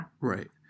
Right